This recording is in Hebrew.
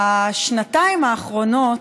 בשנתיים האחרונות,